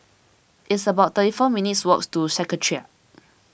it's about thirty four minutes' walk to Secretariat